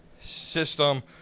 system